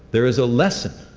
there is a lesson